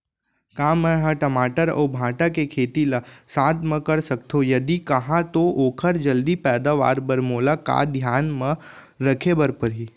का मै ह टमाटर अऊ भांटा के खेती ला साथ मा कर सकथो, यदि कहाँ तो ओखर जलदी पैदावार बर मोला का का धियान मा रखे बर परही?